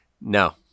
No